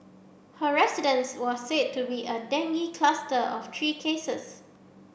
her residence was said to be a dengue cluster of three cases